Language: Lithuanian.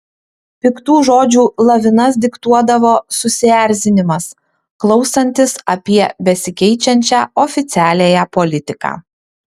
piktų žodžių lavinas diktuodavo susierzinimas klausantis apie besikeičiančią oficialiąją politiką